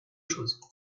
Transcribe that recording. chose